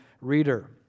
reader